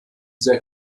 sehr